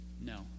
No